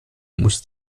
muss